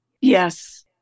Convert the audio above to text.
Yes